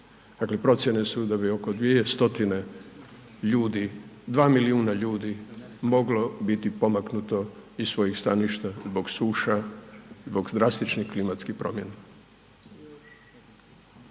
procjene su da bi oko 2 stotine, 2 milijuna ljudi moglo biti pomaknuto iz svojih staništa zbog suša zbog drastičnih klimatskih promjena.